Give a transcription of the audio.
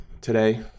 today